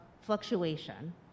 fluctuation